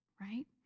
right